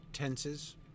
tenses